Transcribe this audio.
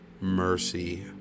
mercy